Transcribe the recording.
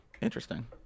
Interesting